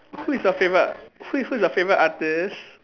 who is your favourite who who is your favourite artiste